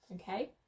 okay